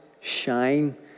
shine